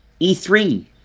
E3